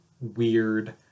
weird